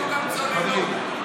מיקי, עוד חודש יהיו גם צוללות.